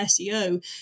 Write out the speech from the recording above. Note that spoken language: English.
SEO